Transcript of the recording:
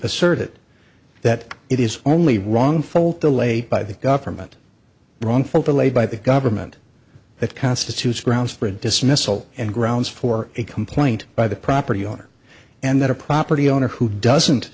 asserted that it is only wrongful delay by the government wrongful delayed by the government that constitutes grounds for a dismissal and grounds for a complaint by the property owner and the property owner who doesn't